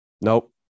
nope